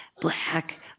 black